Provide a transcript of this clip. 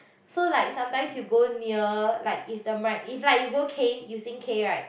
so like sometimes you go near like if the mic if like you go K you sing K right